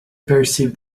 perceived